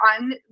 on